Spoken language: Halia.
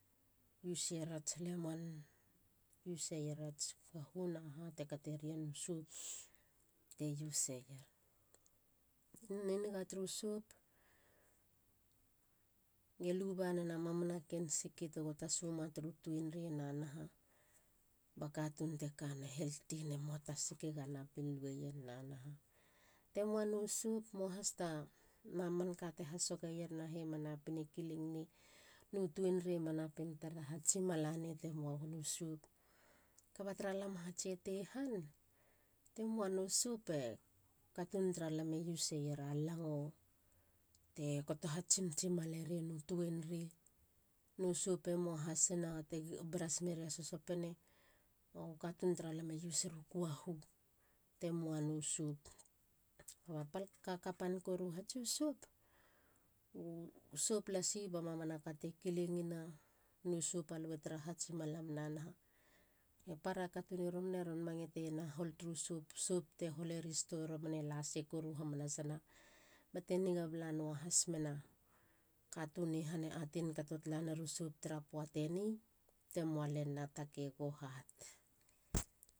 Use eier ats lemon. use erats kuahu naha te katerien u sop te use eier. Niniga turu sop. ge luba nena mamana ken siki tego tasuma turu tuenrei na naha ba katun te kana. heltina. muata sikega napin luweien na naha. Te moa no sop. moa has ta. na manka te hasogeier ma napine kilingnei nu tuenri ma napin taraha tsimala nei te muano sop. Kaba tara lam hatsia tei han. te muano sop. e katun tara lame use era lango te kataha tsimtsimalerien u tuenrei. no sop e mua hasina te brush meria sosopene. u katun tara lam e use ero kuahu te muano sop. Kaba palka kkapan koru hatsi u sop. u sop alue tara ha tsimalam nanaha. Para katuni romane ron mangeteier hihol turu sop te holeri store i romane lasei koru hasina bate niga bala nuahas mena. katuni han e atein kato talaneru sop tara poateni ba te mua lenina ta kego hat